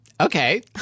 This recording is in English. Okay